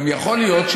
גם יכול להיות,